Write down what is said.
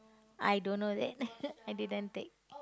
I don't know that I didn't take